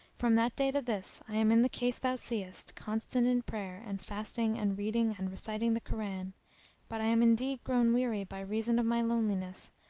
from that day to this i am in the case thou seest, constant in prayer and fasting and reading and reciting the koran but i am indeed grown weary by reason of my loneliness,